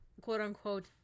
quote-unquote